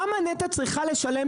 למה נת"ע צריכה לשלם,